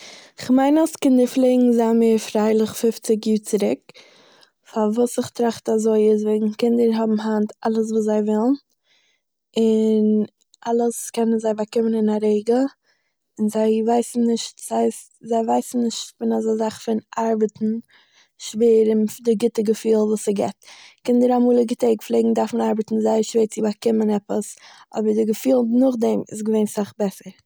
איך מיין אז קינדער פלעגן זיין מער פריילעך פופציג יאר צוריק, פארוואס איך טראכט אזוי איז וועגן קינדער האבן היינט אלעס וואס זיי ווילן, און אלעס קענען זיי באקומען אין א רגע, און זיי ווייסן נישט, ס'הייסט, זיי ווייסן נישט פון אזא זאך פון ארבעטן שווער און פון די גוטע געפיל וואס עס געבט. קינדער אמאליגע טעג פלעגן דארפן ארבעטן זייער שווער צו באקומען עפעס, אבער די געפיל נאכדעם איז געווען אסאך בעסער